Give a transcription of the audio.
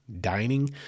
dining